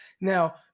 Now